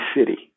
city